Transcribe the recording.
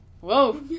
whoa